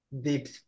deep